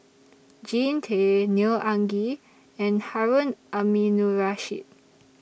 Jean Tay Neo Anngee and Harun Aminurrashid